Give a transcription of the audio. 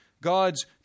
God's